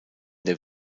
der